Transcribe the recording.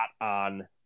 on